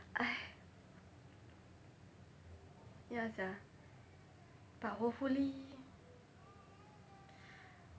ya sia but hopefully